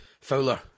Fowler